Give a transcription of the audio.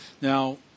Now